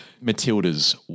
Matilda's